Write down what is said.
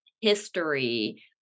history